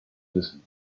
listening